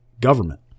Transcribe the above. government